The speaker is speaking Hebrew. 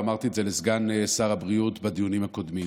ואמרתי את זה לסגן שר הבריאות בדיונים הקודמים,